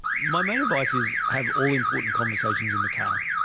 my main advice is have all important conversations in the car.